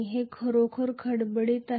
ते खरोखर दणकट आहेत